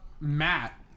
Matt